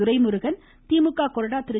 துரைமுருகன் திமுக கொறடா திரு